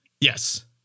Yes